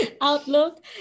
outlook